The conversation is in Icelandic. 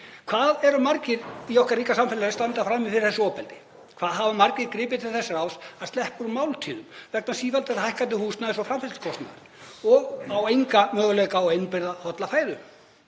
Hvað eru margir í okkar ríka samfélagi sem standa frammi fyrir þessu ofbeldi? Hvað hafa margir gripið til þess ráðs að sleppa úr máltíðum vegna sífellt hækkandi húsnæðis- og framfærslukostnaðar og eiga enga möguleika á að innbyrða holla fæðu?